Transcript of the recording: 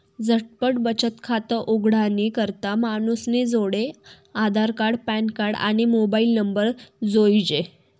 झटपट बचत खातं उघाडानी करता मानूसनी जोडे आधारकार्ड, पॅनकार्ड, आणि मोबाईल नंबर जोइजे